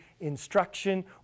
instruction